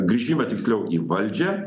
grįžimą tiksliau į valdžią